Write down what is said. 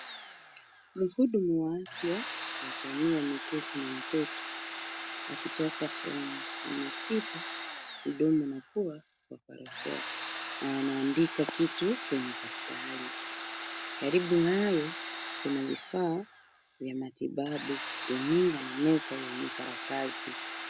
Mhudumu wa afya wa jamii ameketi na mtoto akijaza fomu. Ameziba mdomo na pua kwa barakoa na anaandika kitu kwenye daftari. Karibu naye kuna vifaa vya matibabu, runinga na meza yenye karatasi.